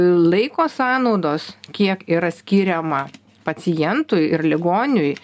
laiko sąnaudos kiek yra skiriama pacientui ir ligoniui